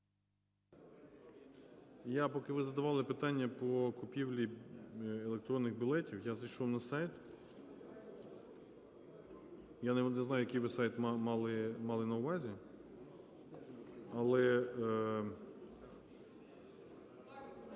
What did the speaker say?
Я, поки ви задавали питання по купівлі електронних білетів, я зайшов на сайт. Я не знаю, який ви сайт мали на увазі, але…